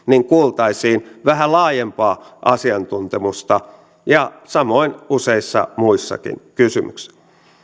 kuultaisiin vähän laajempaa asiantuntemusta ja samoin useissa muissakin kysymyksissä